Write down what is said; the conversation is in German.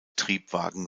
triebwagen